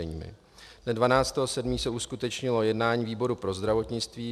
Dne 12. 7. se uskutečnilo jednání výboru pro zdravotnictví.